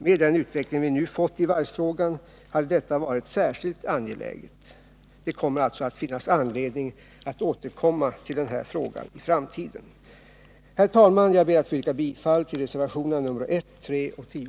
Med den utveckling vi nu fått i varvsfrågan hade detta varit särskilt angeläget. Det kommer alltså att finnas anledning att återkomma till den här frågan i framtiden. Herr talman! Jag ber att få yrka bifall till reservationerna 1, 3 och 10.